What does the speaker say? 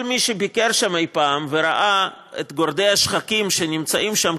כל מי שביקר שם אי-פעם וראה את גורדי השחקים שנמצאים שם,